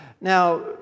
Now